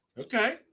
Okay